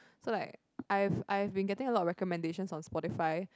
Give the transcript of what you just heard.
so like I've I've been getting a lot of recommendations on Spotify